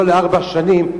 לא לארבע שנים,